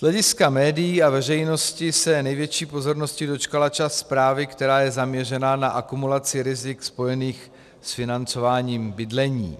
Z hlediska médií a veřejnosti se největší pozornosti dočkala část zprávy, která je zaměřená na akumulaci rizik spojených s financování bydlení.